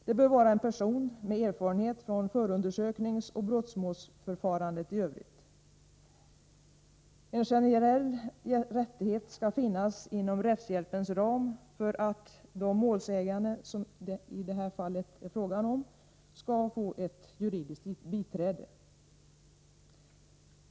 Det bör vara en person med erfarenhet från förundersökningsoch brottsmålsförfarandet i övrigt. En generell rättighet skall finnas inom rättshjälpens ram för att de målsägande som det här gäller skall få ett juridiskt biträde.